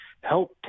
help